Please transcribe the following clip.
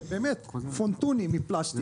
מפלסטיק,